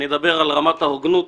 אני אדבר על רמת ההוגנות